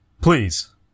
Please